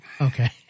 Okay